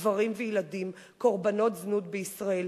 גברים וילדים קורבנות זנות בישראל.